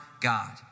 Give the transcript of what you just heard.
God